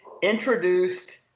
introduced